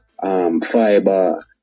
Fiber